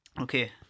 okay